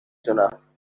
دونم